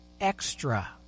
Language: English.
extra